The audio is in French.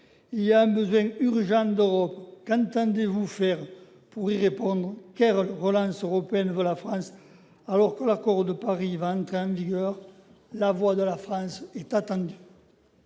Il y a un besoin urgent d'Europe. Qu'entendez-vous faire pour y répondre ? Quelle relance européenne la France appelle-t-elle de ses voeux, alors que l'accord de Paris va entrer en vigueur ? La voix de la France est attendue.